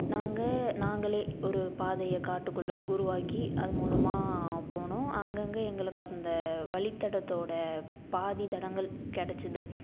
நாங்கள் நாங்களே ஒரு பாதையை காட்டுக்குள்ளே உருவாக்கி அது மூலமாக போனோம் அங்கங்கே எங்களுக்கு அந்த வழித்தடத்தோட பாதி தடங்கள் கிடச்சுது